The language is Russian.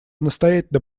настоятельно